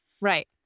Right